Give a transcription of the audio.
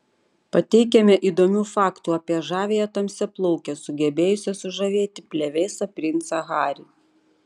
pateikiame įdomių faktų apie žaviąją tamsiaplaukę sugebėjusią sužavėti plevėsą princą harry